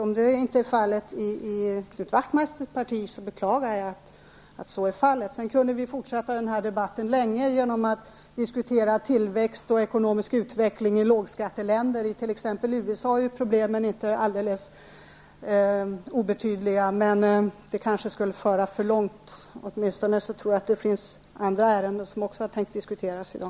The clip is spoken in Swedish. Om så inte är fallet i Knut Wachtmeisters parti, beklagar jag det. Vi skulle kunna fortsätta denna debatt länge och diskutera tillväxt och ekonomisk utveckling i lågskatteländer. I USA t.ex. är problemen inte helt obetydliga. Men en sådan debatt skulle kanske föra för långt, och vi har ju en del andra ärenden som också skall behandlas i dag.